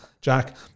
Jack